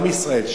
עם ישראל,